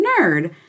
nerd